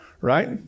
Right